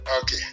okay